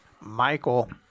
michael